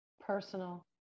personal